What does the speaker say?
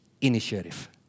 initiative